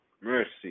Mercy